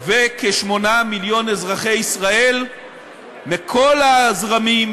וכ-8 מיליון אזרחי ישראל מכל הזרמים,